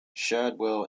shadwell